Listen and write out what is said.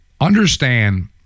Understand